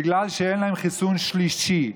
בגלל שאין להם חיסון שלישי.